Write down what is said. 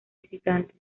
visitantes